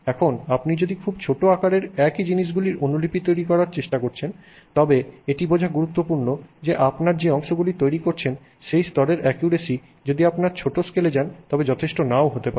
এখন আপনি যদি খুব ছোট আকারে একই জিনিসটির অনুলিপি তৈরির চেষ্টা করছেন তবে এটি বোঝা গুরুত্বপূর্ণ যে আপনার যে অংশগুলি তৈরি করছেন সেই স্তরের অ্যাকুরেসি যদি আপনি ছোট স্কেলে যান তবে যথেষ্ট নাও হতে পারে